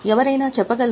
ఎవరైనా చెప్పగలరా